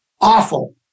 awful